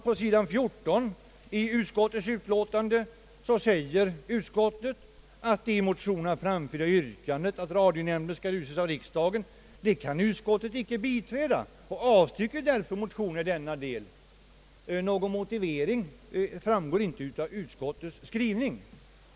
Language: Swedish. På sidan 14 i utskottets utlåtande sägs att det i motionerna »framförda yrkandet att radionämnden skall utses av riksdagen kan utskottet icke biträda och avstyrker därför motionerna i den na del». Någon motivering till detta framgår inte av utskottets skrivning.